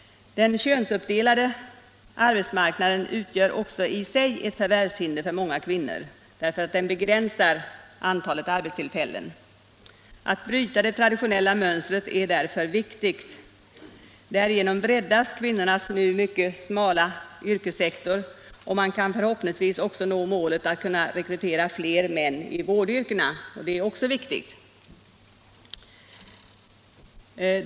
Den könsuppdelade arbetsmarknaden utgör också i sig ett förvärvshinder för många kvinnor, därför att den begränsar antalet arbetstillfällen. politiken Arbetsmarknadspolitiken Att bryta det traditionella mönstret är därför viktigt. Därigenom breddas kvinnornas nu mycket smala yrkessektor, och man kan förhoppningsvis också nå målet att kunna rekrytera fler män i vårdyrkena. Det är också viktigt.